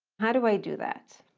how do i do that?